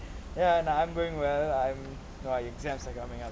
ya now I'm going well I'm no exams are coming up